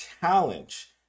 challenge